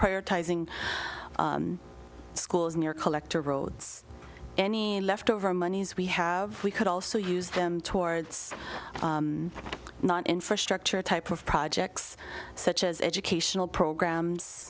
prioritizing schools near collector roads any leftover monies we have we could also use them towards not infrastructure type of projects such as educational programs